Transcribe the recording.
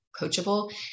coachable